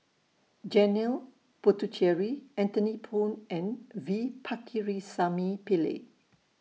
Janil Puthucheary Anthony Poon and V Pakirisamy Pillai